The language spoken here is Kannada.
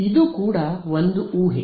ಇದು ಕೂಡ ಒಂದು ಊಹೆ